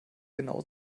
genau